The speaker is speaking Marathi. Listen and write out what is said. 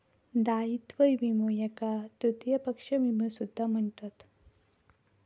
दायित्व विमो याका तृतीय पक्ष विमो सुद्धा म्हणतत